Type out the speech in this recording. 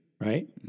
right